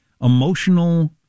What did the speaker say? emotional